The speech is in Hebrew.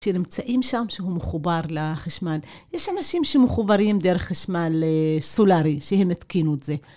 כשנמצאים שם שהוא מחובר לחשמל, יש אנשים שמחוברים דרך חשמל סולארי, שהם התקינו את זה.